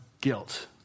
guilt